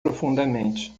profundamente